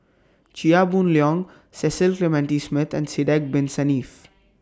Chia Boon Leong Cecil Clementi Smith and Sidek Bin Saniff